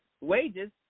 wages